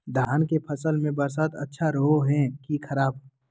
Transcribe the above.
धान के फसल में बरसात अच्छा रहो है कि खराब?